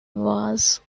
was